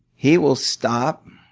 he will stop,